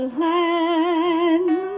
land